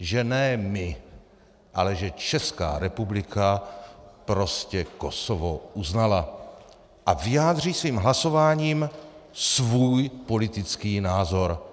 že ne my, ale že Česká republika prostě Kosovo uznala, a vyjádří svým hlasováním svůj politický názor.